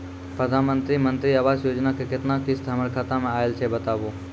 प्रधानमंत्री मंत्री आवास योजना के केतना किस्त हमर खाता मे आयल छै बताबू?